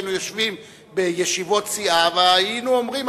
היינו יושבים בישיבות סיעה והיינו אומרים,